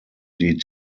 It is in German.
die